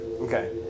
okay